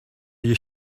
you